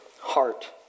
heart